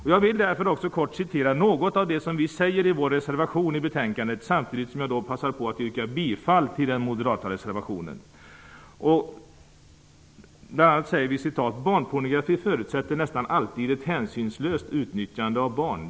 Därför vill jag också kort citera något av det vi säger i vår reservation i betänkandet samtidigt som jag passar på att yrka bifall till den moderata reservationen. Vi säger bl.a.: ''Barnpornografi förutsätter nästan alltid ett hänsynslöst utnyttjande av barn.